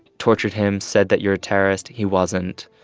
tortured him, said that you're a terrorist. he wasn't.